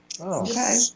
okay